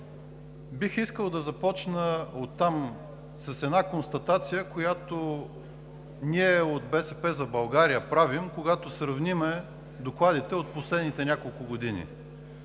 Бих искал да започна с една констатация, която ние от „БСП за България“ правим, когато сравним докладите от последните няколко години.